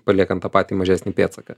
paliekant tą patį mažesnį pėdsaką